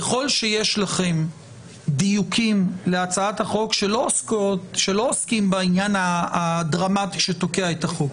ככל שיש לכם דיוקים להצעת החוק שלא עוסקים בעניין הדרמטי שתוקע את החוק